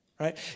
right